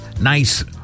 nice